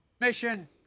Mission